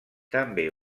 també